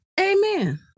Amen